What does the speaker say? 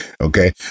Okay